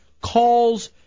calls